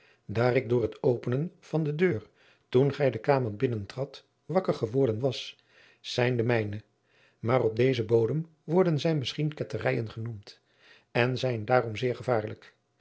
daar ik door het openen van de deur toen gij de kamer binnen tradt wakker geworden was zijn de mijne maar op dezen bodem worden zij misschien ketterijen genoemd en zijn daarom zeer gevaarlijk